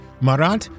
Marat